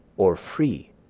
or free,